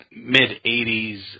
mid-80s